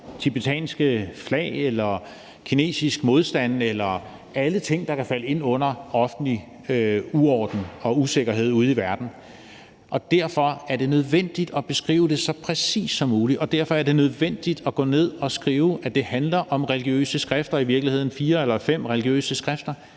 tibetanske flag eller kinesisk modstand eller alle mulige ting, der kan falde ind under offentlig uorden og usikkerhed ude i verden. Derfor er det nødvendigt at beskrive det så præcist som muligt, og derfor er det nødvendigt at gå ind og skrive, at det handler om religiøse skrifter og i virkeligheden fire eller fem religiøse skrifter.